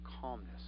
calmness